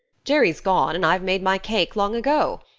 jerry's gone and i've made my cake long ago.